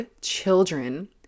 children